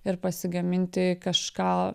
ir pasigaminti kažką